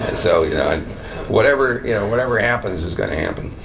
so yeah whatever you know whatever happens is going to happen.